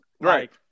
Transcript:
Right